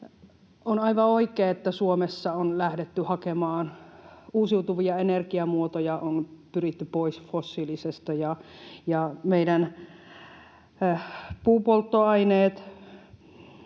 On aivan oikein, että Suomessa on lähdetty hakemaan uusiutuvia energiamuotoja, on pyritty pois fossiilisesta. Meidän puupolttoaineet